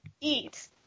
eat